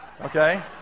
Okay